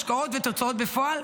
השקעות ותוצאות בפועל,